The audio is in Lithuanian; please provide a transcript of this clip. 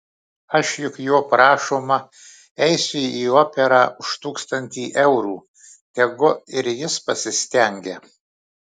aš juk jo prašoma eisiu į operą už tūkstantį eurų tegu ir jis pasistengia